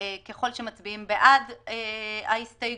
ככל שמצביעים בעד ההסתייגות,